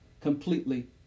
completely